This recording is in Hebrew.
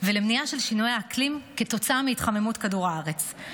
ולמניעת שינויי האקלים כתוצאה מהתחממות כדור הארץ,